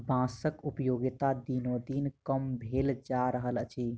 बाँसक उपयोगिता दिनोदिन कम भेल जा रहल अछि